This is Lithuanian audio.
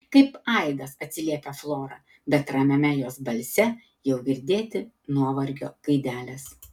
kaip aidas atsiliepia flora bet ramiame jos balse jau girdėti nuovargio gaidelės